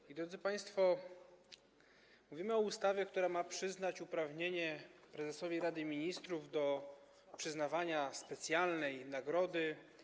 I drodzy państwo, mówimy o ustawie, która ma przyznać uprawnienie prezesowi Rady Ministrów do przyznawania specjalnej nagrody.